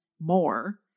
more